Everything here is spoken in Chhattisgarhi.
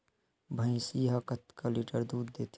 भंइसी हा कतका लीटर दूध देथे?